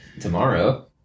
tomorrow